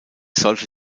sollte